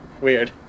Weird